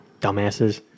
dumbasses